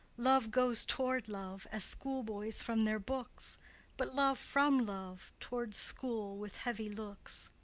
love goes toward love as schoolboys from their books but love from love, towards school with heavy looks.